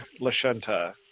Lashenta